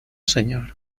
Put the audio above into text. señor